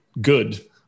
good